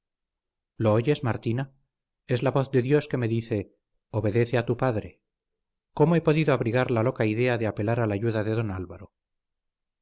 lo oyes martina esa es la voz de dios que me dice obedece a tu padre cómo he podido abrigar la loca idea de apelar a la ayuda de don álvaro